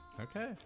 Okay